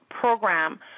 program